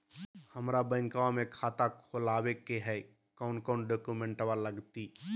हमरा बैंकवा मे खाता खोलाबे के हई कौन कौन डॉक्यूमेंटवा लगती?